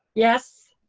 yes.